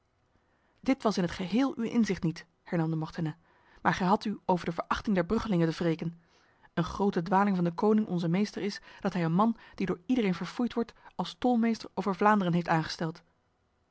dit was in het geheel uw inzicht niet hernam de mortenay maar gij hadt u over de verachting der bruggelingen te wreken een grote dwaling van de koning onze meester is dat hij een man die door iedereen verfoeid wordt als tolmeester over vlaanderen heeft aangesteld